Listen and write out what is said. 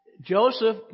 Joseph